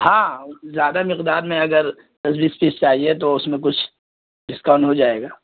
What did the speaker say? ہاں زیادہ مقدار میں اگر پچیس تیس چاہیے تو اس میں کچھ ڈسکاؤنٹ ہو جائے گا